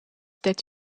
that